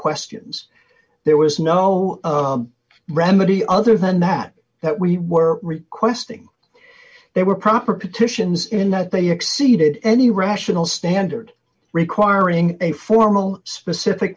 questions there was no remedy other than that that we were requesting they were proper petitions in that they exceeded any rational standard requiring a formal specific